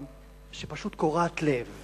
שפשוט קורעת לב